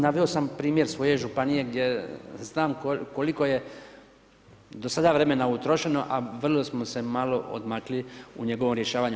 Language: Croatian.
Naveo sam primjer svoje županije, gdje znam koliko je do sada vremena utrošeno, a vrlo smo se malo odmakli u njegovom rješavanju.